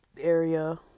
area